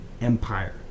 empire